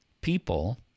people